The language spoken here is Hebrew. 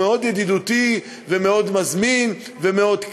הוא מאוד ידידותי ומאוד מזמין ומאוד קל,